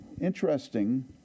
interesting